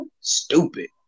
Stupid